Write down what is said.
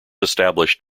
established